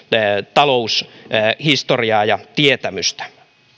taloushistoriaa ja tietämystä